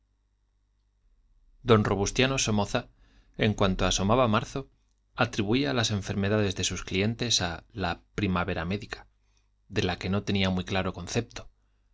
don robustiano somoza en cuanto asomaba marzo atribuía las enfermedades de sus clientes a la primavera médica de la que no tenía muy claro concepto